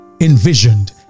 envisioned